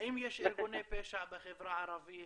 האם יש ארגוני פשע בחברה הערבית,